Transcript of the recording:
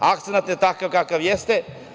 Akcenat je takav, kakav jeste.